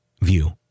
view